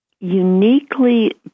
uniquely